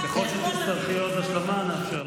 ככל שתצטרכי עוד השלמה, נאפשר לך.